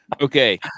Okay